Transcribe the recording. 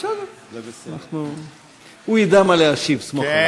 הוא ידע מה להשיב, סמוך עליו.